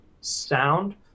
sound